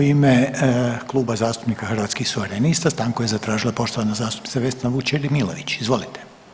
U ime Kluba zastupnika Hrvatskih suverenista stanku je zatražila poštovana zastupnica Vesna Vučemilović, izvolite.